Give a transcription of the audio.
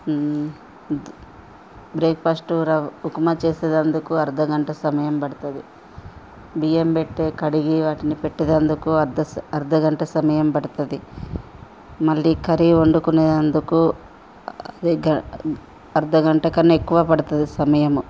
breakfast rava upma చేసేటందుకు అర్ధగంట సమయం పడుతుంది బియ్యం బెట్టే కడిగి వాటిని పెట్టెటందుకు అర్ధ స అర్ధగంట సమయం పడుతుంది మళ్ళీ కర్రీ వండుకునేటందుకు అది గ అర్ధగంట కన్నా ఎక్కువే పడుతుంది సమయము